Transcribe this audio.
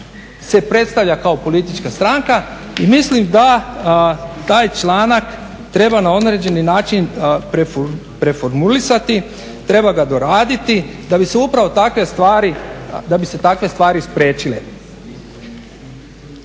se predstavlja kao politička stranka i mislim da taj članak treba na određeni način preformulirati, treba ga doraditi da bi se takve stvari spriječile.